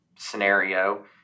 scenario